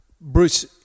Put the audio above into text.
Bruce